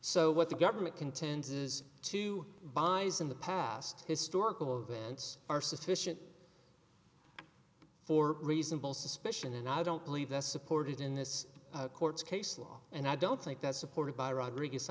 so what the government contends is to buy in the past historical events are sufficient for reasonable suspicion and i don't believe that's supported in this court's case law and i don't think that's supported by rodrigue